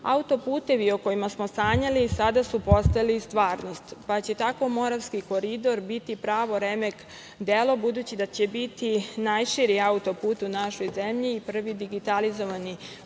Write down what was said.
svetu. Autoputevi o kojima smo sanjali sada su postali stvarnost, pa će tako Moravski koridor biti pravo remek-delo budući da će biti najširi autoput u našoj zemlji i prvi digitalizovani put koji